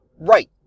Right